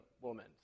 woman